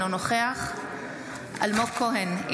אינו נוכח אלמוג כהן,